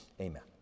Amen